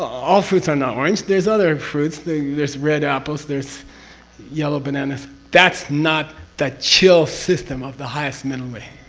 all fruits are not orange, there's other and fruits. there's red apples, there's yellow bananas. that's not the chill system of the highest middle way.